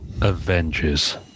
Avengers